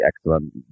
excellent